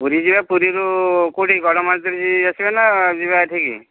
ପୁରୀ ଯିବା ପୁରୀରୁ କେଉଁଠିକୁ ଗଡ଼ମନ୍ତ୍ରୀ ଆସିବା ନା ଯିବା ଏଠିକି